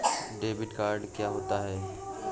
Debit card क्या होता है?